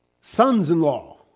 sons-in-law